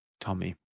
Tommy